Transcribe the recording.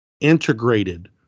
integrated